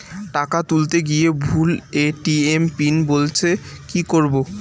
টাকা তুলতে গিয়ে ভুল এ.টি.এম পিন বলছে কি করবো?